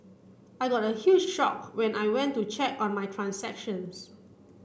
I got a huge shocked when I went to check on my transactions